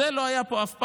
זה לא היה פה אף פעם.